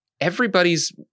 Everybody's